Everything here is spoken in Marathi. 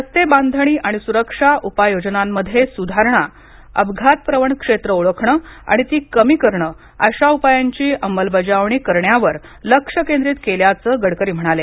रस्तेबांधणी आणि सुरक्षा उपाययोजनांमध्ये सुधारणा अपघात प्रवण क्षेत्र ओळखणं आणि ती कमी करणं अशा उपायांची अंमलबजावणी करण्यावर लक्ष केंद्रित केल्याचं गडकरी म्हणाले